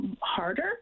harder